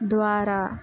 ద్వారా